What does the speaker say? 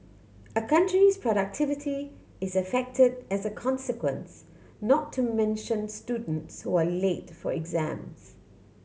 a country's productivity is affected as a consequence not to mention students who are late for exams